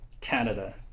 canada